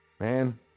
man